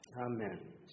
Amen